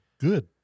good